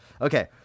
Okay